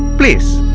please